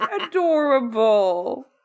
Adorable